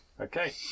Okay